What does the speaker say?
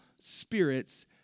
spirits